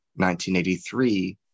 1983